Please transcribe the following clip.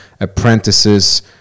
apprentices